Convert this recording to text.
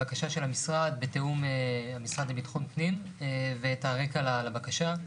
המשרד בתיאום עם המשרד לביטחון הפנים ואת הרקע לבקשה.